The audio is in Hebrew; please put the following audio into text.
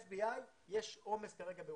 מה-FBI, יש כרגע עומס בוושינגטון.